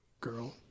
Girl